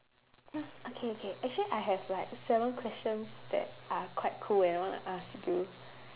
!huh! okay okay actually I have like seven questions that are quite cool and I wanna ask you